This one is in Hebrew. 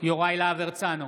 יוראי להב הרצנו,